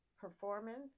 performance